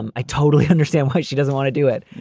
and i totally understand why she doesn't want to do it.